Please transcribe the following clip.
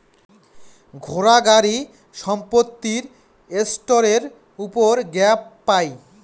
ঘোড়া, গাড়ি, সম্পত্তি এসেটের উপর গ্যাপ পাই